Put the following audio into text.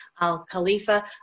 al-Khalifa